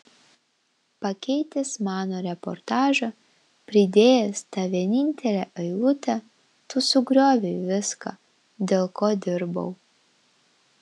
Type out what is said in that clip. pakeitęs mano reportažą pridėjęs tą vienintelę eilutę tu sugriovei viską dėl ko dirbau